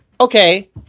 okay